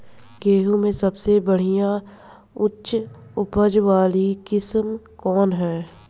गेहूं में सबसे बढ़िया उच्च उपज वाली किस्म कौन ह?